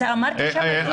אתה אמרת שיש ערוץ פתוח.